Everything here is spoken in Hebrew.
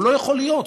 הוא לא יכול להיות.